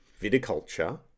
Viticulture